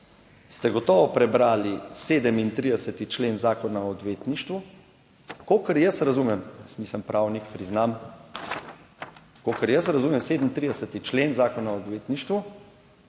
ste gotovo prebrali 37. člen Zakona o odvetništvu, kolikor jaz razumem, jaz nisem pravnik, priznam, kolikor jaz razumem 37. člen Zakona o odvetništvu,